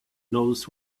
knows